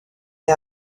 née